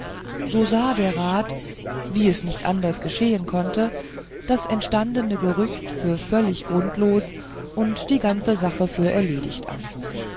so sah der rat wie es nicht anders geschehen konnte das entstandene gerücht für völlig grundlos und die ganze sache für erledigt an